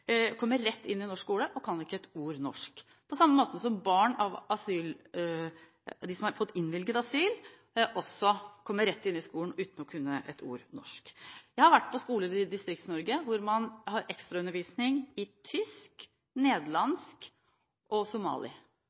kommer rett inn i norsk skole og kan ikke ett ord norsk, på samme måten som barn av dem som har fått innvilget asyl, kommer rett inn i skolen uten å kunne ett ord norsk. Jeg har vært på skoler i Distrikts-Norge hvor man har ekstraundervisning i tysk, nederlandsk og somali.